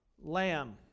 Lamb